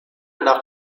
nach